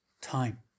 time